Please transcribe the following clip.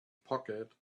pocket